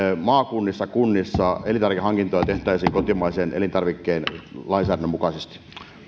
maakunnissa ja kunnissa elintarvikehankintoja tehtäisiin kotimaisen elintarvikelainsäädännön mukaisesti